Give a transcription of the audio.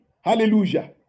Hallelujah